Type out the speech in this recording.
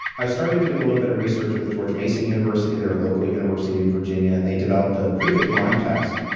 i started doing a little bit of research with george mason university. they are a local university in virginia and they developed a pretty good line test.